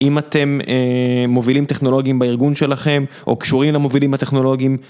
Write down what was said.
אם אתם מובילים טכנולוגיים בארגון שלכם או קשורים למובילים הטכנולוגיים.